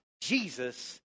Jesus